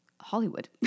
Hollywood